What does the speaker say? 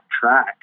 track